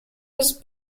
was